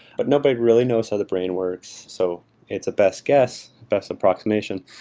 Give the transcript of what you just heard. but nobody really knows how the brain works so it's a best guess, best approximation.